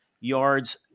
yards